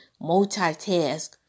multitask